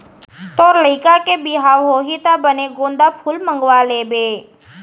तोर लइका के बिहाव होही त बने गोंदा फूल मंगवा लेबे